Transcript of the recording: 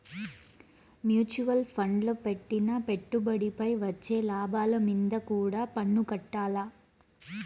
mutual ఫండ్ల పెట్టిన పెట్టుబడిపై వచ్చే లాభాలు మీంద కూడా పన్నుకట్టాల్ల